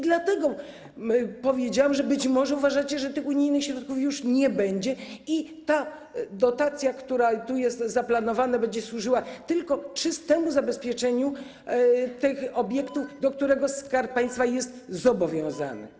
Dlatego powiedziałam, że być może uważacie, że tych unijnych środków już nie będzie, a ta dotacja, która jest tu zaplanowana, będzie służyła tylko czystemu zabezpieczeniu tych obiektów, do czego Skarb Państwa jest zobowiązany.